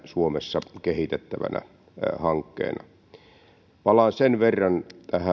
suomessa eteenpäin kehitettävänä hankkeena palaan sen verran tähän